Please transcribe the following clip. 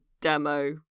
demo